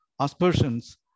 aspersions